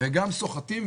וגם סוחטים.